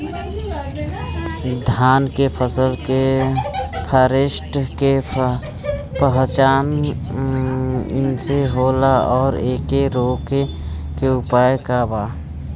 धान के फसल के फारेस्ट के पहचान कइसे होला और एके रोके के उपाय का बा?